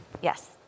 Yes